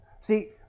See